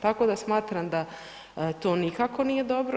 Tako da smatram da to nikako nije dobro.